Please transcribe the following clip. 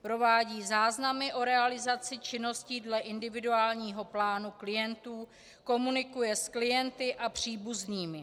Provádí záznamy o realizaci činností dle individuálního plánu klientů, komunikuje s klienty a příbuznými.